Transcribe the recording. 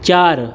चार